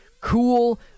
Cool